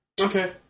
okay